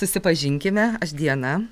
susipažinkime aš diana